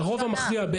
הרוב המכריע,